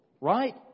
Right